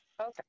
Okay